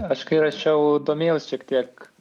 aš kai rašiau domėjaus šiek tiek